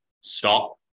stop